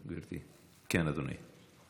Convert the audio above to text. כן, אדוני.